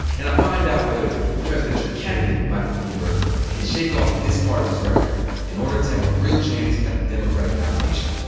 and i'll find out whether presidential candidate michael bloomberg can shake off this part of his record in order to have a real chance at the democratic nomination.